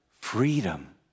freedom